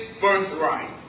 birthright